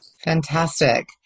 Fantastic